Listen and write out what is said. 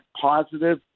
positive